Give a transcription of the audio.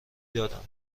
دادم